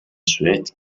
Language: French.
souhaite